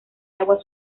agua